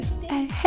hey